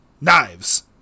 Knives